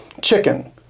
Chicken